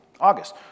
August